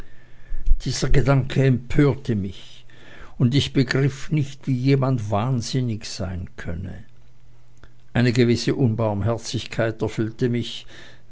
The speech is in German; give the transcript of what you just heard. dieser gedanke empörte mich und ich begriff nicht wie jemand wahnsinnig sein könne eine gewisse unbarmherzigkeit erfüllte mich